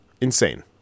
insane